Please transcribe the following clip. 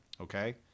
okay